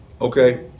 Okay